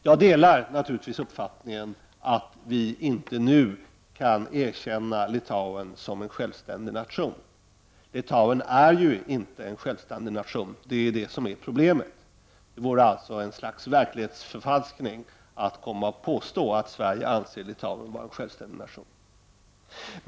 Jag delar givetvis uppfattningen att vi inte nu kan erkänna Litauen som en självständig nation. Litauen är ju inte en självständig nation; det är det som är problemet. Det vore alltså ett slags verklighetsförfalskning att påstå att Sverige anser Litauen vara en självständig nation.